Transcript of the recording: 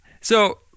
So-